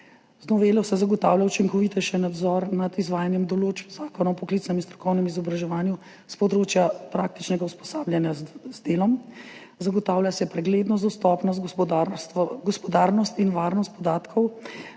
Z novelo se zagotavlja učinkovitejši nadzor nad izvajanjem določb zakona o poklicnem in strokovnem izobraževanju s področja praktičnega usposabljanja z delom. Zagotavljajo se preglednost, dostopnost, gospodarnost in varnost podatkov